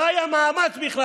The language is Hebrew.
לא היה מאמץ בכלל.